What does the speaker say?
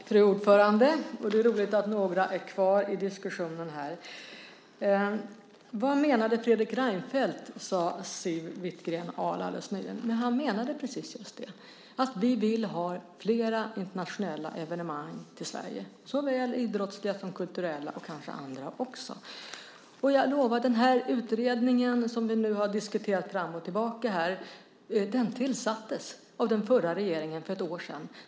Fru talman! Det är roligt att några är kvar i diskussionen här. Vad menade Fredrik Reinfeldt, frågade Siw Wittgren-Ahl alldeles nyss. Han menade just det att vi vill ha flera internationella evenemang i Sverige, såväl idrottsliga som kulturella och kanske också andra. Utredningen, som vi nu har diskuterat fram och tillbaka här, tillsattes av den förra regeringen för ett år sedan.